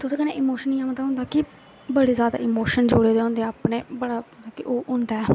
ओह्दे कन्नै इमोशन इ'यां मतलब होंदा कि बड़े जैदा इमोशन जुड़े दे होंदे अपने बड़ा मतलब कि ओह् होंदा ऐ